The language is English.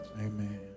Amen